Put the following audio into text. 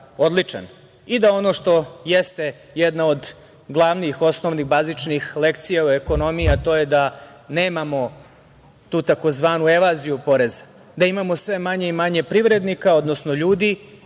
i da ono što jeste jedna od glavnih, osnovnih, bazičnih lekcija u ekonomiji, a to je da nemamo tu tzv. „evaziju“ poreza, da imamo sve manje i manje privrednika, odnosno ljudi